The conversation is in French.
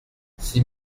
six